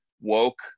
woke